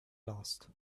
lost